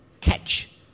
catch